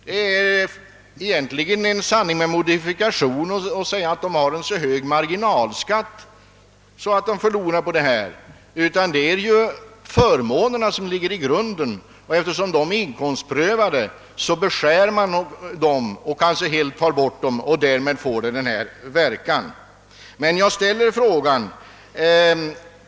Det är därför en sanning med modifikation att de har en så hög marginalskatt att de förlorar sina sidoinkomster. Det är de inkomstprövade förmånerna i botten som beskärs eller slopas helt, och därmed uppstår den verkan som här nämnts.